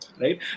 Right